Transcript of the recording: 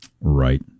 Right